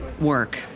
work